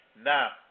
Now